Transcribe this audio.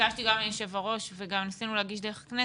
ביקשתי מיושב הראש וגם ניסינו להגיש דרך הכנסת.